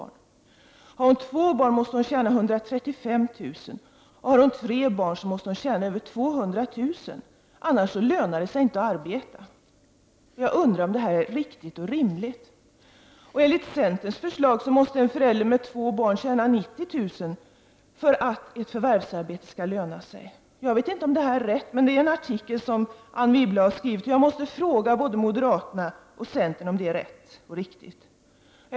Om hon har två barn måste hon tjäna 135 000, och har hon tre barn måste hon tjäna över 200 000, annars lönar det sig inte att arbeta. Jag undrar om det är riktigt och rimligt. Enligt centerns förslag måste en förälder med två barn tjäna 90 000 för att ett förvärvsarbete skall löna sig. Jag vet inte om det här är rätt, men det är en artikel som Anne Wibble har skrivit. Jag måste fråga både moderaterna och centern om det är rätt.